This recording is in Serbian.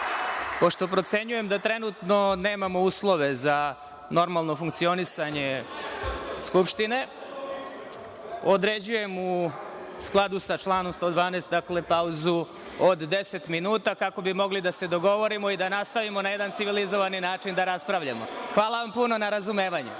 procenjujem da trenutno nemamo uslove za normalno funkcionisanje Skupštine, određujem u skladu sa članom 112. pauzu od 10 minuta, kako bi mogli da se dogovorimo i da nastavimo na jedan civilizovani način da raspravljamo. Hvala vam puno na razumevanju.(Posle